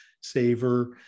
saver